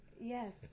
yes